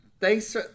Thanks